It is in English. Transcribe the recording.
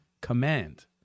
Command